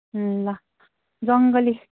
ल जङ्गली